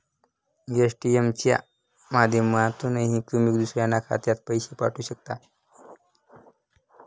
ATM च्या माध्यमातूनही तुम्ही दुसऱ्याच्या खात्यात पैसे पाठवू शकता